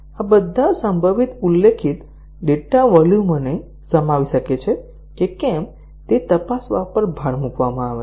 આ બધા સંભવિત ઉલ્લેખિત ડેટા વોલ્યુમોને સમાવી શકે છે કે કેમ તે તપાસવા પર ભાર મૂકવામાં આવે છે